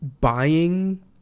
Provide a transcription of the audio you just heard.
buying